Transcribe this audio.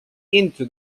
into